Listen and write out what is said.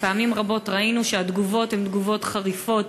ופעמים רבות ראינו שהתגובות הן תגובות חריפות,